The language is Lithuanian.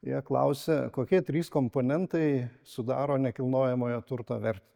jie klausia kokie trys komponentai sudaro nekilnojamojo turto vertę